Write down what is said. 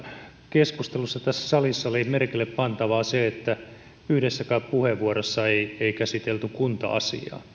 keskustelussa tässä salissa oli merkille pantavaa se että yhdessäkään puheenvuorossa ei käsitelty kunta asiaa no